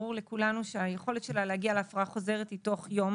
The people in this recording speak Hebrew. ברור לכולנו שהיכולת שלה להגיע להפרה חוזרת היא תוך יום